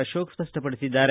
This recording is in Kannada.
ಅರೋಕ ಸ್ಪಷ್ಟವಡಿಸಿದ್ದಾರೆ